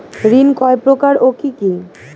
ঋণ কয় প্রকার ও কি কি?